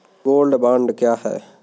Gold bond क्या है?